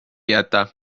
jäta